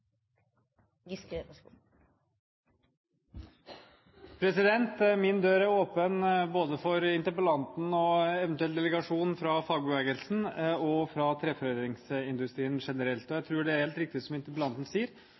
Min dør er åpen for interpellanten, eventuelt en delegasjon fra fagbevegelsen og fra treforedlingsindustrien generelt. Jeg tror det er helt riktig som interpellanten sier,